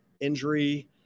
injury